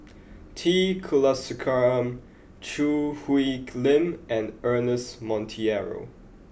T Kulasekaram Choo Hwee Lim and Ernest Monteiro